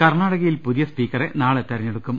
കർണാടകയിൽ പുതിയ സ്പീക്കറെ നാളെ തെരഞ്ഞെടുക്കും